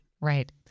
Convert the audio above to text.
Right